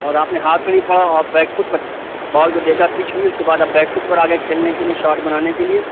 اور آپ نے ہاتھ بھی نہیں پڑھا اور بیک فٹ پر بال کو دیکھا پچ ہوئی اُس کے بعد آپ بیک فٹ پر آ گئے کھیلنے کے لیے شاٹ بنانے کے لیے